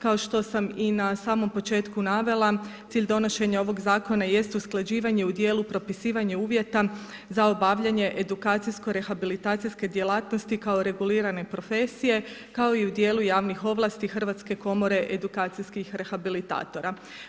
Kao što sam i na samom početku navela, cilj donošenje ovog zakona jest usklađivanje u dijelu propisivanja uvjeta za obavljanje edukacijsko rehabilitacijskog kao regulirane profesije, kao i u dijelu javnih ovlasti hrvatske komore edukacijskih rehabilitatora.